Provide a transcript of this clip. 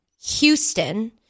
Houston